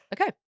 Okay